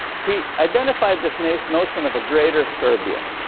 he identified this notion notion of a greater serbia,